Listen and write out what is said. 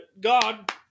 God